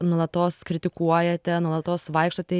nuolatos kritikuojate nuolatos vaikštote